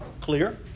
clear